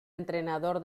entrenador